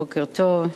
בוקר טוב.